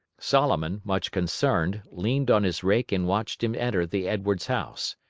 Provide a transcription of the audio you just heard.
solomon, much concerned, leaned on his rake and watched him enter the edwards house.